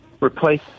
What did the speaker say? replace